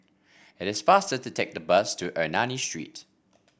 it is faster to take the bus to Ernani Street